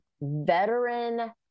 veteran